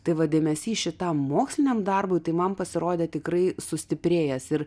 tai va dėmesys šitam moksliniam darbui tai man pasirodė tikrai sustiprėjęs ir